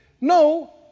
No